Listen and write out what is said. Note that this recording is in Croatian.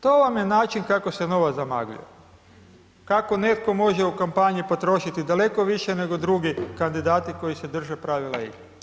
To vam je način kako se novac zamagljuje, kako netko može u kampanji potrošiti daleko više nego drugi kandidati koji se drže pravila igre.